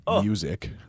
music